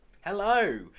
Hello